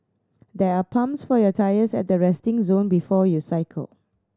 there are pumps for your tyres at the resting zone before you cycle